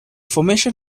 formation